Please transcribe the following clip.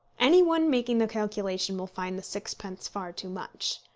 any one making the calculation will find the sixpence far too much.